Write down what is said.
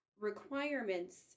requirements